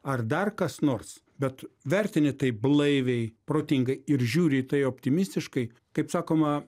ar dar kas nors bet vertini tai blaiviai protingai ir žiūri į tai optimistiškai kaip sakoma